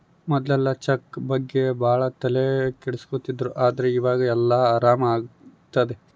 ಮೊದ್ಲೆಲ್ಲ ಚೆಕ್ ಬಗ್ಗೆ ಭಾಳ ತಲೆ ಕೆಡ್ಸ್ಕೊತಿದ್ರು ಆದ್ರೆ ಈವಾಗ ಎಲ್ಲ ಆರಾಮ್ ಆಗ್ತದೆ